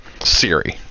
siri